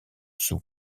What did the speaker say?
sous